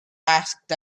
asked